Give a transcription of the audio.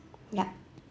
ya